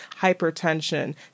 hypertension